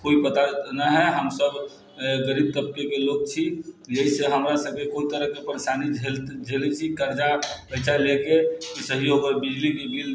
कोइ बताबैके न है हम सभ गरीब तबकेके लोक छी जेहिसँ हमरा सभके बहुत तरहके परेशानी झेलते झेलै छी कर्जा पैसा लेके कैसेयोके बिजलीके बिल